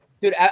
Dude